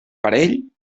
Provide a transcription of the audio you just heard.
parell